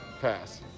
Pass